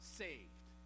saved